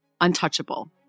untouchable